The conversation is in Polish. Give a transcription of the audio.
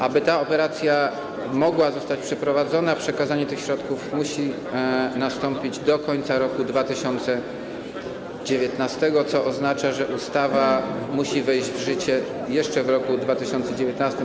Aby ta operacja mogła zostać przeprowadzona, przekazanie tych środków musi nastąpić do końca roku 2019, co oznacza, że ustawa musi wejść w życie jeszcze w tym roku.